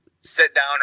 sit-down